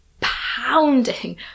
pounding